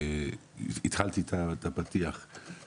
לכם